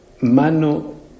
mano